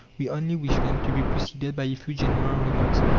we only wish them to be preceded by a few general remarks.